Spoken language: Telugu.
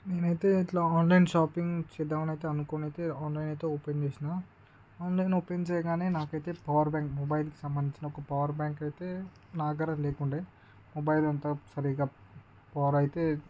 నేను అయితే ఇట్లా ఆన్లైన్ షాపింగ్ చేద్దామని అయితే అనుకోని అయితే ఆన్లైన్ అయితే ఓపెన్ చేసినాఆన్లైన్ ఓపెన్ చేయగానే నాకైతే పవర్ బ్యాంక్ మొబైల్కి సంబంధించిన ఒక పవర్ బ్యాంక్ అయితే నా దగ్గర లేకుండే మొబైల్ అంతా సరిగ్గా పవర్ అయితే